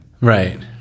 Right